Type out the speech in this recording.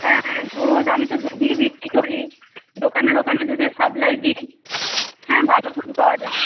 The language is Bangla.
হ্যাঁ দুধ আমি তো দুধই বিক্রি করি দোকানে দোকানে দুধের সাপ্লাই দিই হ্যাঁ ভালো দুধ পাওয়া যাবে